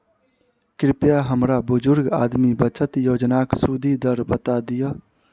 कृपया हमरा बुजुर्ग आदमी बचत योजनाक सुदि दर बता दियऽ